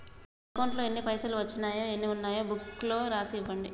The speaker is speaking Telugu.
నా అకౌంట్లో ఎన్ని పైసలు వచ్చినాయో ఎన్ని ఉన్నాయో బుక్ లో రాసి ఇవ్వండి?